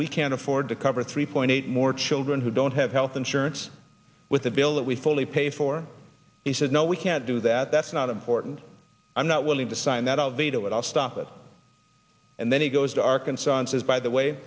we can't afford to cover three point eight more children who don't have health insurance with the bill that we fully pay for he said no we can't do that that's not important i'm not willing to sign that i'll veto it i'll stop it and then he goes to arkansas and says by the way